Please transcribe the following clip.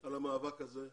על המאבק הזה.